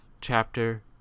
chapter